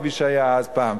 כפי שהיה פעם,